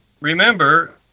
remember